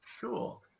Cool